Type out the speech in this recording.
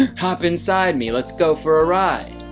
and hop inside me. let's go for a ride.